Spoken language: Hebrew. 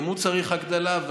גם הוא צריך הגדלה,